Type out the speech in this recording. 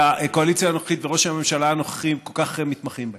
שהקואליציה הנוכחית וראש הממשלה הנוכחי כל כך מתמחים בהם,